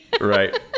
Right